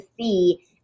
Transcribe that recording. see